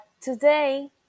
today